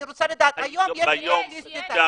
אני רוצה לדעת אם היום יש פתרון לבדיקה?